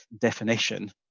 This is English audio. definition